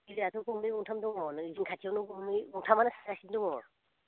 बिलोआथ' गंनै गंथाम दङ नोंसिनि खाथियावनो गंनै गंथामानो सारगासिनो दङ